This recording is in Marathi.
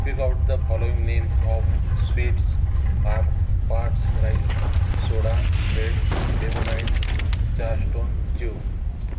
speak out the following names of sweets are parts rice soda bread lemonade चारस्टोन च्यू